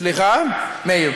סליחה, מאיר?